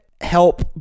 help